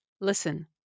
Listen